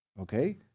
Okay